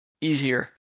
easier